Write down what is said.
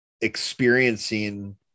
experiencing